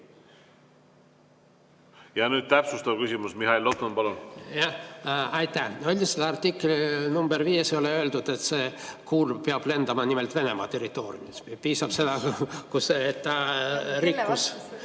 Ja nüüd täpsustav küsimus. Mihhail Lotman, palun! Aitäh! Üldiselt artiklis nr 5 ei ole öeldud, et see kuul peab lendama nimelt Venemaa territooriumilt, piisab sellest, et ta rikkus